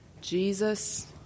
Jesus